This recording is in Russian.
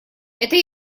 это